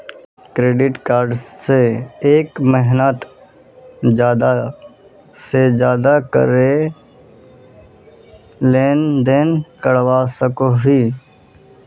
Credit card से एक महीनात ज्यादा से ज्यादा कतेरी लेन देन करवा सकोहो ही?